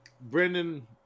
Brendan